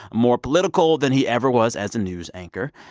more political than he ever was as a news anchor.